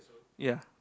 ya